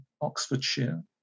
oxfordshire